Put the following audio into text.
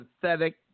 pathetic